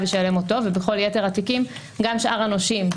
ישלם אותו ובכל יתר התיקים גם שאר הנושים,